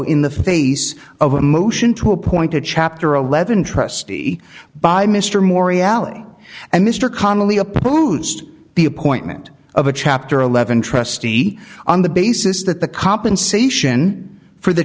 in the face of a motion to appoint a chapter eleven trustee by mr mori alley and mr connelly opposed the appointment of a chapter eleven trustee on the basis that the compensation for the